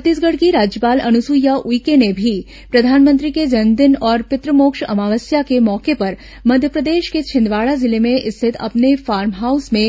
छत्तीसंगढ़ की राज्यपाल अनुसुईया उइके ने भी प्रधानमंत्री के जन्मदिन और पितृमोक्ष अमावस्या के मौके पर मध्यप्रदेश के छिंदवाडा जिले में स्थित अपने फॉर्म हाउस में